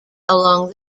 along